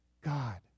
God